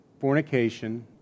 fornication